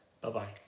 Bye-bye